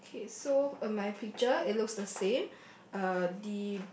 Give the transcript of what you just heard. okay so on my picture it looks the same uh the